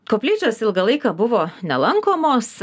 koplyčios ilgą laiką buvo nelankomos